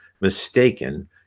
mistaken